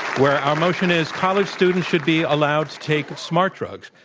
where our motion is, college students should be allowed to take smart drugs.